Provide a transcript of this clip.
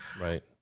Right